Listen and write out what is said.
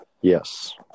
Yes